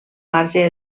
marge